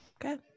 Okay